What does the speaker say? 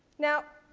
now,